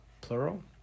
plural